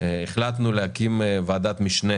החלטנו להקים ועדת משנה